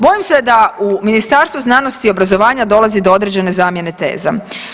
Bojim se da u Ministarstvu znanosti i obrazovanja dolazi do određene zamjene teza.